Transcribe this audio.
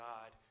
God